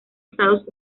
estados